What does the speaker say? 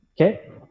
okay